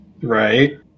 right